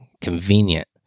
Convenient